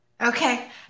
Okay